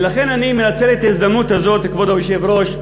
ולכן, אני מנצל את ההזדמנות הזאת, כבוד היושב-ראש,